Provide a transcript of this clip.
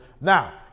Now